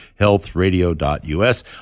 healthradio.us